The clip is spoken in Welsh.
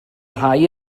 rhai